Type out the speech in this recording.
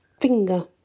finger